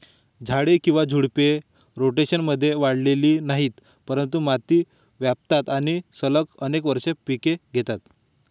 झाडे किंवा झुडपे, रोटेशनमध्ये वाढलेली नाहीत, परंतु माती व्यापतात आणि सलग अनेक वर्षे पिके घेतात